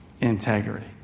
integrity